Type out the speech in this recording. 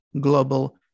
global